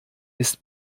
ist